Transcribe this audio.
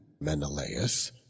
Menelaus